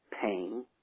pain